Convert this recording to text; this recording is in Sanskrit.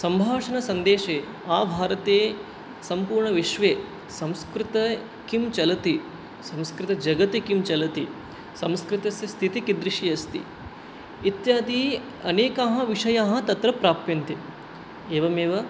सम्भाषणसन्देशे आभारते सम्पूर्णविश्वे संस्कृते किं चलति संस्कृतजगति किं चलति संस्कृतस्य स्थितिः कीदृशी अस्ति इत्यादि अनेकाः विषयाः तत्र प्राप्यन्ते एवमेव